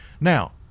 Now